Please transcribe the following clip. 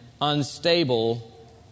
unstable